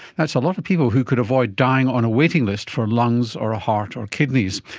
that's a lot of people who could avoid dying on a waiting list for lungs or a heart or kidneys.